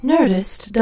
Nerdist